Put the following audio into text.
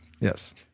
yes